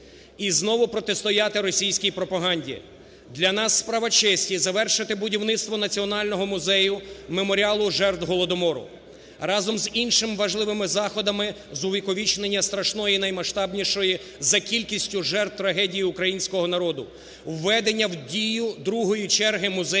і знову протистояти російській пропаганді. Для нас справа честі завершити будівництво національного музею – Меморіалу жертв голодомору разом з іншими важливими заходами з увіковічення страшної наймасштабнішої за кількістю жертв трагедії українського народу. Введення в дію другої черги музею